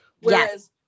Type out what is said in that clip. whereas